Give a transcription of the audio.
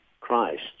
Christ